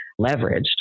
leveraged